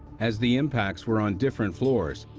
as the impacts were on different floors,